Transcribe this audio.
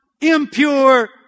impure